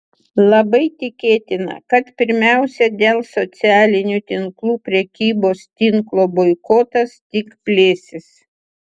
labai tikėtina kad pirmiausia dėl socialinių tinklų prekybos tinklo boikotas tik plėsis